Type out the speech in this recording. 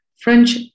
French